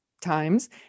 times